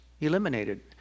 eliminated